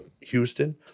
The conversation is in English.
Houston